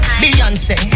beyonce